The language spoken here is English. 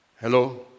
hello